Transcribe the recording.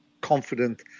confident –